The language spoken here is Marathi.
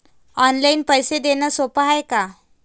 ऑनलाईन पैसे देण सोप हाय का?